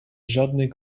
żadnych